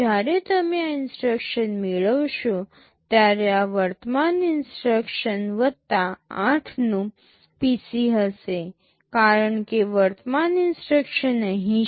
જ્યારે તમે આ ઇન્સટ્રક્શન મેળવશો ત્યારે આ વર્તમાન ઇન્સટ્રક્શન વત્તા 8 નો PC હશે કારણ કે વર્તમાન ઇન્સટ્રક્શન અહીં છે